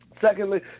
Secondly